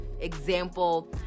example